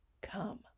come